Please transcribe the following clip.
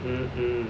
mmhmm